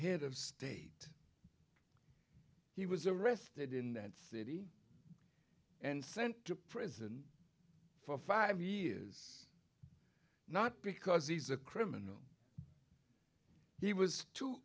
head of state he was arrested in that city and sent to prison for five years not because he's a criminal he was too